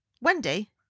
Wendy